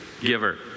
giver